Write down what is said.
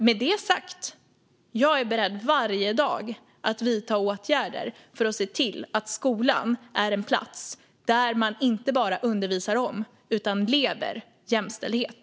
Med det sagt är jag varje dag beredd att vidta åtgärder för att se till att skolan är en plats där man inte bara undervisar om utan leder jämställdhet.